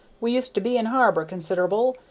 we used to be in harbor consider'ble,